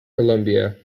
columbia